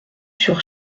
sur